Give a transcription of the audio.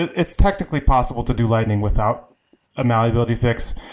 it's technically possible to do lightning without a malleability fix,